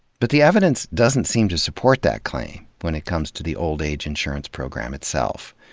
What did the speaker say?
but the evidence doesn't seem to support that claim, when it comes to the old-age insurance program itself.